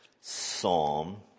psalm